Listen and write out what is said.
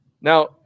Now